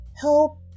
help